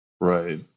Right